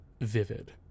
vivid